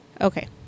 Okay